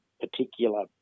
particular